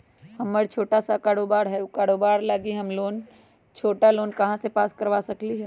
हमर छोटा सा कारोबार है उ कारोबार लागी हम छोटा लोन पास करवा सकली ह?